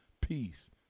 peace